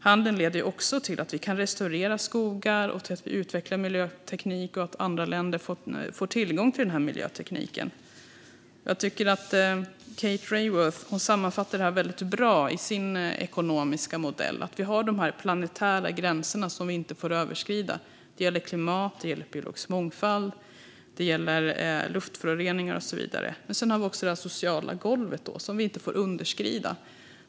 Handeln leder också till att vi kan restaurera skogar och utveckla miljöteknik och till att andra länder får tillgång till miljöteknik. Jag tycker att Kate Raworth sammanfattar detta bra i sin ekonomiska modell. Den innebär att där finns de planetära gränserna som vi inte får överskrida. De gäller klimat, biologisk mångfald, luftföroreningar och så vidare. Sedan finns också det sociala golvet som vi inte får underskrida.